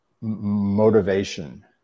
Motivation